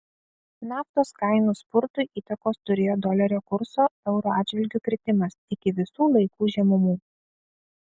naftos kainų spurtui įtakos turėjo dolerio kurso euro atžvilgiu kritimas iki visų laikų žemumų